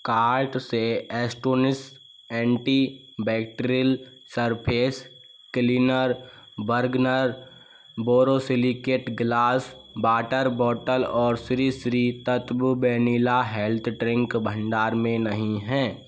cart से Astonish anti bacterial surface cleaner Bergner borosilicate glass water bottle और Shri Shri Tattva vanilla health drink भंडार में नहीं हैं